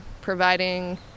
providing